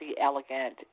elegant